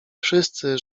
wszyscy